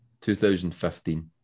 2015